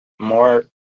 more